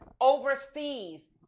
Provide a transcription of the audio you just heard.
overseas